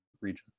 region